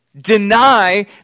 deny